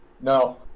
No